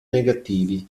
negativi